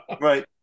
right